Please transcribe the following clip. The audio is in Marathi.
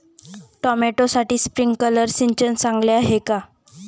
टोमॅटोसाठी स्प्रिंकलर सिंचन चांगले आहे का?